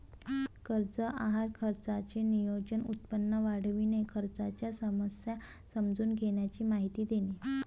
कर्ज आहार खर्चाचे नियोजन, उत्पन्न वाढविणे, खर्चाच्या समस्या समजून घेण्याची माहिती देणे